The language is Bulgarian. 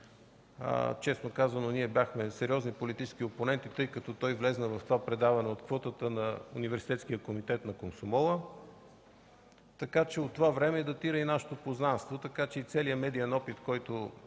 Честно казано, бяхме сериозни политически опоненти, тъй като той влезе в това предаване от квотата на Университетския комитет на Комсомола, така че от това време датира и нашето познанство. Целият медиен опит, който